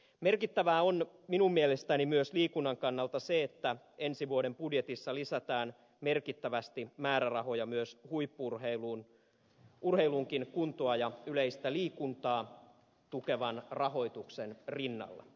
merkittävää on minun mielestäni myös liikunnan kannalta se että ensi vuoden budjetissa lisätään merkittävästi määrärahoja myös huippu urheiluun urheiluunkin kuntoa ja yleistä liikuntaa tukevan rahoituksen rinnalla